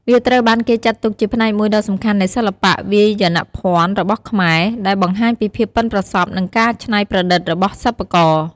វាត្រូវបានគេចាត់ទុកជាផ្នែកមួយដ៏សំខាន់នៃសិល្បៈវាយនភ័ណ្ឌរបស់ខ្មែរ ដែលបង្ហាញពីភាពប៉ិនប្រសប់ និងការច្នៃប្រឌិតរបស់សិប្បករ។